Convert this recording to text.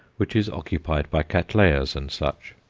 which is occupied by cattleyas and such.